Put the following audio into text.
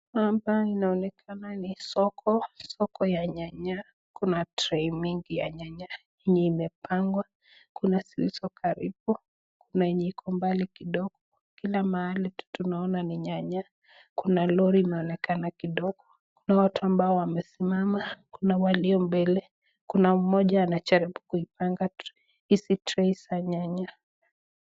hapa inaonekana ni soko, soko ya nyaya kuna tray mingi ya nyanya yenye imepangwa, kunaziilizo karibu, kuna yenye iko mbali kidogo, kila mahali tunaona ni nyanya, kuna lori imeonekana kidogo, kuna watu ambao wamesimama, kuna walio mbele, kuna moja anajaribu kupanga hizi tray za nyanya.